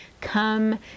come